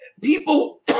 People